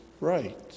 right